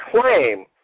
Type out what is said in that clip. claim